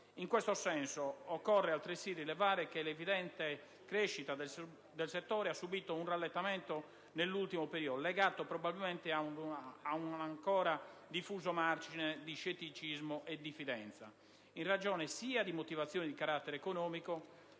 In questo senso, occorre altresì rilevare che l'evidente crescita del settore ha subito un rallentamento nell'ultimo periodo, legato probabilmente a un ancora diffuso margine di scetticismo e diffidenza, in ragione sia di motivazioni di carattere economico,